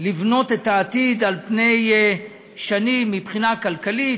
לבנות את העתיד על פני שנים מבחינה כלכלית.